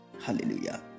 hallelujah